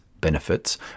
benefits